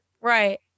Right